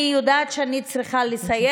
אני יודעת שאני צריכה לסיים,